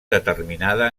determinada